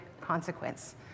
consequence